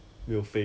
err